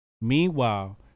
Meanwhile